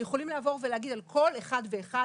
יכולים לעבור ולהגיד על כל אחד ואחד,